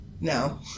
No